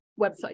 website